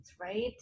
Right